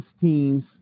teams